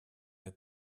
der